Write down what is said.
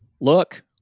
look